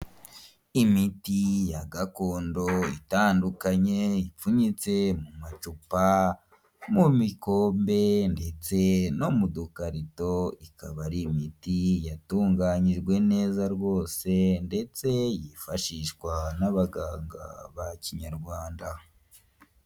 Imiti ya gakondo itandukanye ipfunyitse mu macupa mu mikombe ndetse no mu dukarito, ikaba ari imiti yatunganyijwe neza rwose ndetse yifashishwa n'abaganga bakinyarwanda.